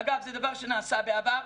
אגב, זה דבר שנעשה בעבר.